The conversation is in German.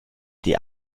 die